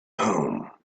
home